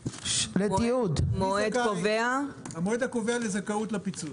המועד הקובע לזכאות לפיצוי.